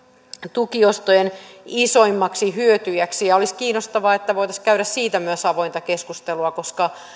tukiostojen isoimmaksi hyötyjäksi olisi kiinnostavaa että voitaisiin käydä siitä myös avointa keskustelua koska